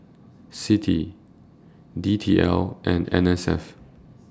CITI D T L and N S F